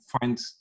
find